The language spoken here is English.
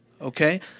Okay